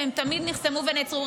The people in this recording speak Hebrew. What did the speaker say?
והם תמיד נחסמו ונעצרו.